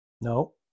No